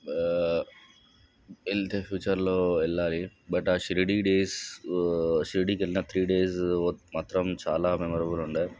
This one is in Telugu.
వెళితే ఫ్యూచర్లో వెళ్ళాలి బట్ షిరిడి డేస్ షిరిడికి వెళ్ళిన త్రీ డేస్ మాత్రం చాలా మెమరబుల్ ఉండే